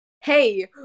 Hey